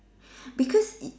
because it